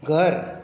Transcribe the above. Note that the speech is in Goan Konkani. घर